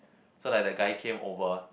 so like the guy came over